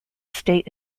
state